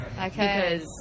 Okay